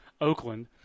Oakland